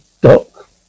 Doc